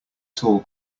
tall